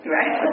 Right